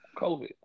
COVID